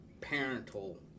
parental